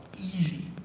easy